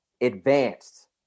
advanced